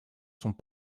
sont